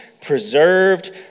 preserved